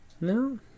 No